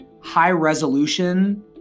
high-resolution